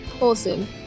awesome